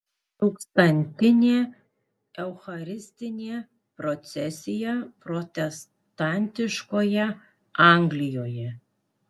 tūkstantinė eucharistinė procesija protestantiškoje anglijoje